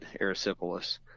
erysipelas